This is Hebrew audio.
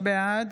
בעד